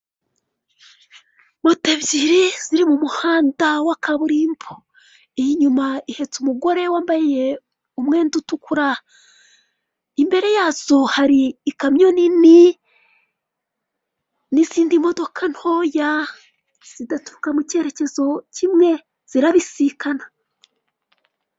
Abantu benshi bambaye imyenda isa umweru iruhande rw'ibumoso hakaba hari abakobwa gusa, iruhande rw'iburyo hakaba hari umusore n'umukobwa umwe, imbere yabo hakaba hari umuzenguruko w'ameza ari umwenda usa ikigina imbere yabo hakaba hari umugabo wambaye rinete, iruhande rwe hakaba hari igikapu cy'abamama ndetse na telefone.